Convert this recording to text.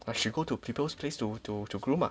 like she go to people place to to to groom ah